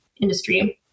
industry